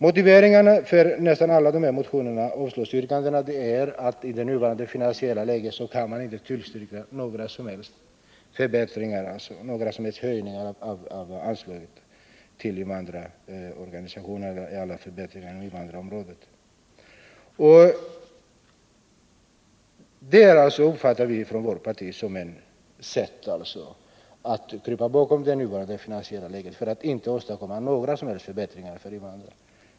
Motiveringen för nästan alla avslagsyrkandena har varit att man i det nuvarande svåra finansiella läget inte kan tillstyrka några som helst höjningar av anslaget till invandrarorganisationerna eller några andra förbättringar på invandrarområdet. Detta uppfattar vi från vårt parti som ett sätt att krypa bakom det nuvarande finansiella läget för att slippa åstadkomma förbättringar för invandrare.